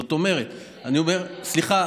זאת אומרת, סליחה,